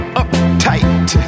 uptight